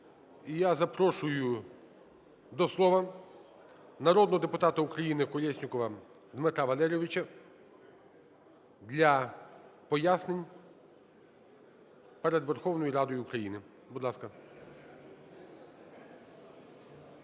я запрошую до слова народного депутата України Колєснікова Дмитра Валерійовича для пояснень перед Верховною Радою України. Будь ласка.